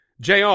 Jr